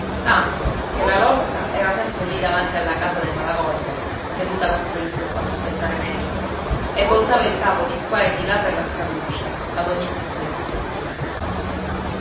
tanto che la locca era sempre lì davanti alla casa dei malavoglia seduta contro il muro ad aspettare menico e voltava il capo di qua e di là per la straduccia ad ogni passo che sentiva